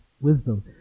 wisdom